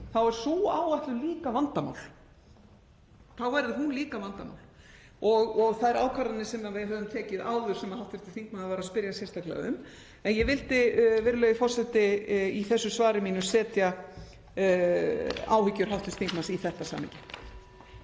er sú áætlun líka vandamál. Þá verður hún líka vandamál og þær ákvarðanir sem við höfum tekið áður sem hv. þingmaður var að spyrja sérstaklega um. Ég vildi, virðulegi forseti, í þessu svari mínu setja áhyggjur hv. þingmanns í þetta samhengi.